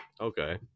Okay